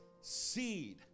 seed